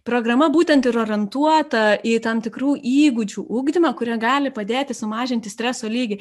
programa būtent ir orientuota į tam tikrų įgūdžių ugdymą kurie gali padėti sumažinti streso lygį